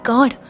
God